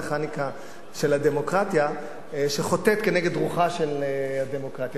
המכניקה של הדמוקרטיה שחוטאת כנגד רוחה של הדמוקרטיה,